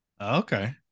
Okay